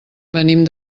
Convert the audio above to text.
venim